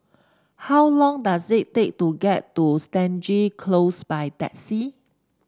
how long does it take to get to Stangee Close by taxi